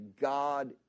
God